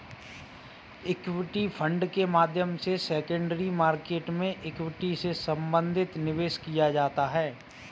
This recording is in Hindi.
इक्विटी फण्ड के माध्यम से सेकेंडरी मार्केट में इक्विटी से संबंधित निवेश किया जाता है